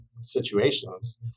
situations